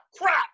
crap